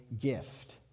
gift